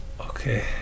Okay